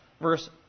Verse